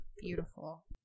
Beautiful